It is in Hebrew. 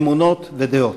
אמונות ודעות,